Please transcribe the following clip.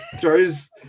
Throws